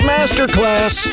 Masterclass